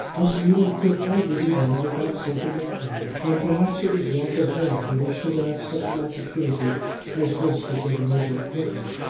this meeting could hardly be made without something of pain, and perhaps it was well for harry that he should have such an opportunity as this for getting over it quickly.